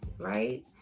right